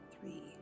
three